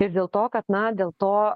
ir dėl to kad na dėl to